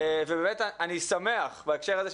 ובאמת אני שמח בהקשר הזה,